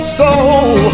soul